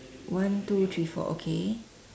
one two three four okay